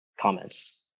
comments